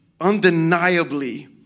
undeniably